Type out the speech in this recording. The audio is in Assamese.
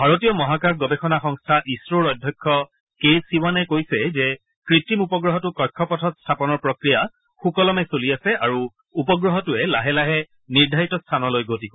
ভাৰতীয় মহাকাশ গৱেষণা সংস্থা ইছৰ'ৰ অধ্যক্ষ কে ছিৱানে কৈছে যে কৃত্ৰিম উপগ্ৰহটো কক্ষপথত স্থাপনৰ প্ৰক্ৰিয়া সুকলমে চলি আছে আৰু উপগ্ৰহটোৱে লাহে লাহে নিৰ্ধাৰিত স্থানলৈ গতি কৰিব